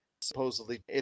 supposedly